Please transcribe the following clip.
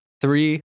Three